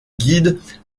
guides